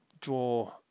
draw